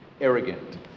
arrogant